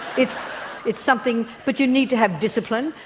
it's it's something but you need to have discipline,